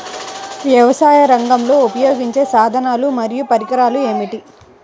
వ్యవసాయరంగంలో ఉపయోగించే సాధనాలు మరియు పరికరాలు ఏమిటీ?